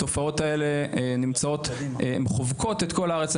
התופעות האלה חובקות את כל הארץ.